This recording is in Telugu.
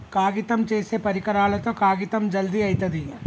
కాగితం చేసే పరికరాలతో కాగితం జల్ది అయితది